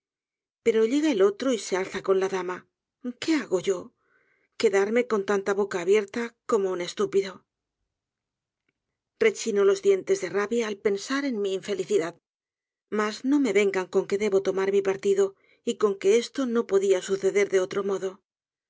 pero llega el otro y se alza con la dama qué hago yo quedarme con tanta boca abierta como un estúpido rechino los dientes de rabia al pensar en mi infelicidad mas no me vengan con que debo tomar mi partido y con que esto no podia suceder de otro modo